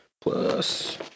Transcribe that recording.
plus